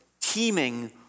teeming